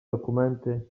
dokumenty